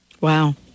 Wow